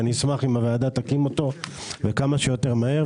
אני אשמח אם הוועדה תקים אותו כמה שיותר מהר,